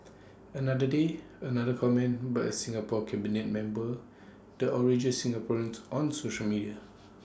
another day another comment by A Singapore cabinet member the outrages Singaporeans on social media